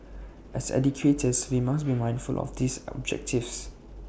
as educators we must be mindful of these objectives